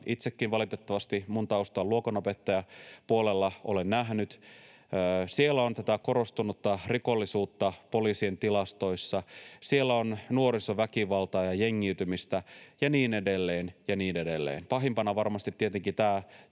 Itsekin valitettavasti — taustani on luokanopettajapuolella — olen nähnyt. Siellä on tätä korostunutta rikollisuutta poliisin tilastoissa. Siellä on nuorisoväkivaltaa ja jengiytymistä ja niin edelleen ja niin edelleen — pahimpana varmasti tietenkin tämä